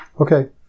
Okay